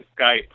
Skype